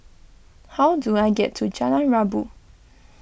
how do I get to Jalan Rabu